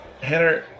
Hannah